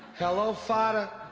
hello, father.